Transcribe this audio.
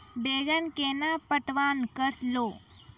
बैंगन केना पटवन करऽ लो?